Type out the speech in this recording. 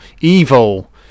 evil